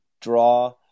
draw